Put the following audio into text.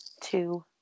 two